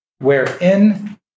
wherein